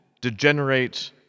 degenerate